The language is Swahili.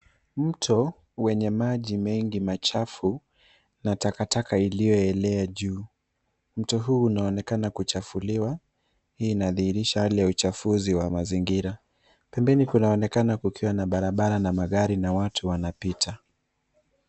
Mto wenye maji mengi machafu na takataka iliyoelea juu. Mto huu unaonekana kuchafuliwa, hii inadhihirisha hali ya uchafuzi wa mazingira. Pembeni kunaokenaka kukiwa na barabara na magari na watu wanapita.